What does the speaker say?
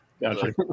Gotcha